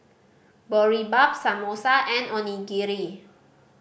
Boribap Samosa and Onigiri